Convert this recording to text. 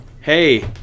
hey